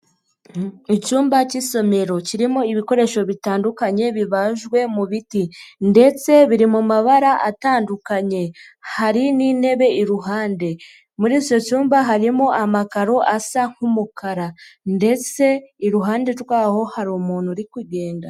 Icyumba cy'isomero kirimo ibikoresho bitandukanye bibajwe mu biti ndetse biri mu mabara atandukanye, hari n'intebe iruhande, muri icyo cyumba harimo amakaro asa nk'umukara ndetse iruhande rwaho hari umuntu uri kugenda.